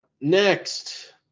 Next